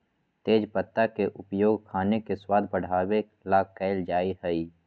तेजपत्ता के उपयोग खाने के स्वाद बढ़ावे ला कइल जा हई